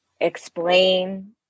explain